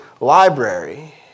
library